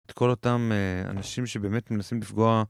את כל אותם אנשים שבאמת מנסים לפגוע.